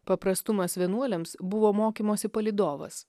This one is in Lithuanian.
paprastumas vienuoliams buvo mokymosi palydovas